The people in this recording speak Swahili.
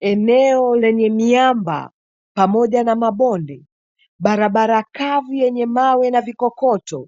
Eneo lenye miamba pamoja na mabonde barabara kavu yenye mawe pamoja na vikokoto,